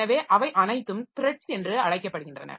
எனவே அவை அனைத்தும் த்ரட்ஸ் என்று அழைக்கப்படுகின்றன